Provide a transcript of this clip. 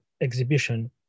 exhibition